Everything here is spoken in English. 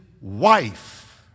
wife